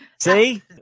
See